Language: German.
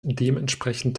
dementsprechend